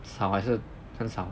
少还是很少